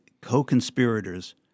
co-conspirators